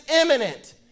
imminent